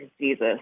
Jesus